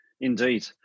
Indeed